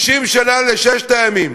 50 שנה לששת הימים,